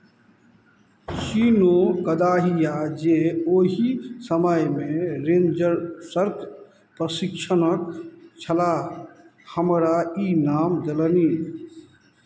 चिनो कदाहिया जे ओहि समयमे रेन्जर्सक प्रशिक्षक छलाह हमरा ई नाम देलनि